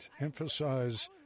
emphasize